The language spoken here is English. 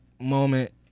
moment